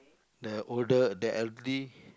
the older the elderly